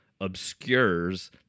Obscures